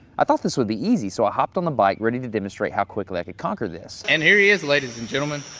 i thought this would be easy so i hopped on the bike ready to demonstrate how quickly i could conquer this. and here he is ladies and gentlemen,